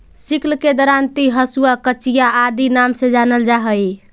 sickle के दरांति, हँसुआ, कचिया आदि नाम से जानल जा हई